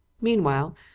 meanwhile